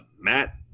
Matt